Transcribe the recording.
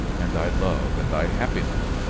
and thy love, and thy happiness,